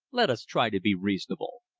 let us try to be reasonable.